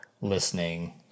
listening